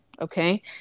okay